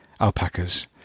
alpacas